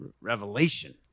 revelation